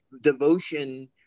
devotion